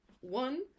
one